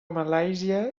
malàisia